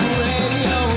radio